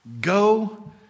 go